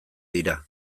dira